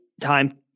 time